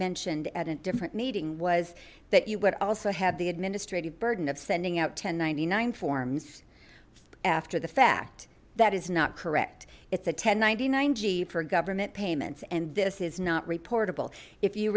mentioned at a different meeting was that you would also have the administrative burden of sending out ten ninety nine forms after the fact that is not correct it's a ten ninety nine for government payments and this is not